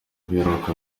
biheruka